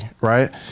right